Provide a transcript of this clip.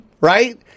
right